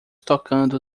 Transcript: tocando